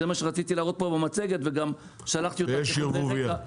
זה מה שרציתי להראות פה במצגת וגם שלחתי אותה כחומר רקע,